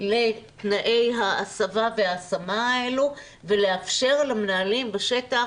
לתנאי ההסבה וההשמה האלו ולאפשר למנהלים בשטח,